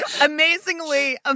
Amazingly